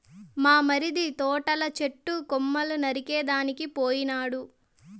మా మరిది తోటల చెట్టు కొమ్మలు నరికేదానికి పోయినాడు